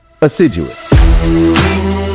Assiduous